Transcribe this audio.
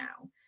now